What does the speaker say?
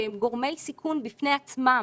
שהם גורמי סיכון בפני עצמם,